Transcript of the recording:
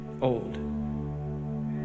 old